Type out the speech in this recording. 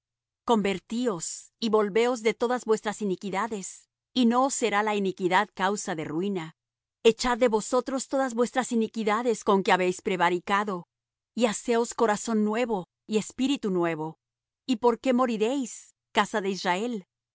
convertíos y volveos de todas vuestras iniquidades y no os será la iniquidad causa de ruina echad de vosotros todas vuestras iniquidades con que habéis prevaricado y haceos corazón nuevo y espíritu nuevo y por qué moriréis casa de israel que